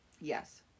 Yes